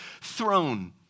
throne